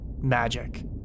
magic